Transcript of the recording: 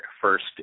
first